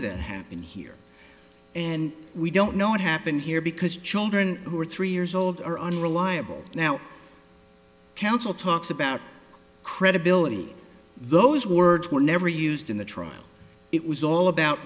that happened here and we don't know what happened here because children who are three years old are unreliable now counsel talks about credibility those words were never used in the trial it was all about